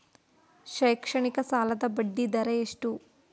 ಶೈಕ್ಷಣಿಕ ಸಾಲದ ಬಡ್ಡಿ ದರ ಎಷ್ಟು?